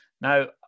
Now